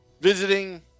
visiting